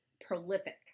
prolific